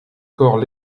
corps